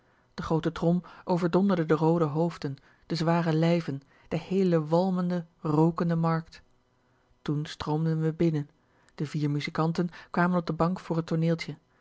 de groote trom overdonderde de roode hoofden de zware lijven de heele walmende rookende markt toen stroomden we binnen de vier muzikanten kwamen op de bank voor het tooneeltje